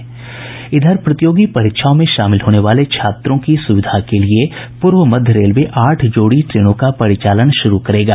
प्रतियोगी परीक्षाओं में शामिल होने वाले छात्रों की सुविधा के लिए पूर्व मध्य रेलवे आठ जोड़ी ट्रेनों का परिचालन शुरू करेगा